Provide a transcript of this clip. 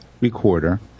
recorder